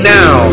now